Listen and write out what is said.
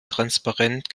transparent